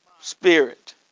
spirit